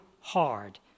hard